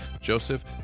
Joseph